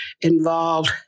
involved